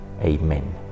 Amen